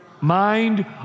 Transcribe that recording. mind